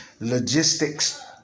logistics